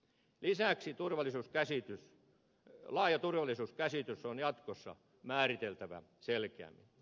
lisäksi laaja turvallisuuskäsitys on jatkossa määriteltävä selkeämmin